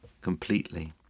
completely